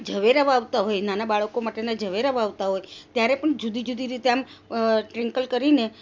ઝવેરા વાવતા હોય નાના બાળકો માટેના ઝવેરા વાવતા હોય ત્યારે પણ જુદી જુદી રીતે આમ સ્પ્રિંકલ કરીને